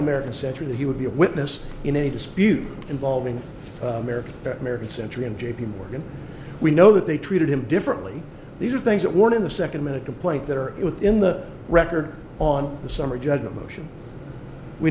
american century that he would be a witness in any dispute involving american american century and j p morgan we know that they treated him differently these are things that were in the second minute complaint that are within the record on the summary judgment motion we